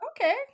okay